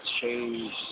change